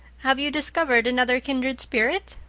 have you discovered another kindred spirit?